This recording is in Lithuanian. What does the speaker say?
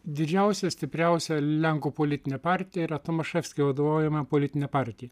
didžiausia stipriausia lenkų politinė partija yra tomaševskio vadovaujama politinė partija